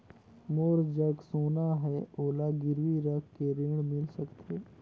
मोर जग सोना है ओला गिरवी रख के ऋण मिल सकथे?